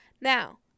Now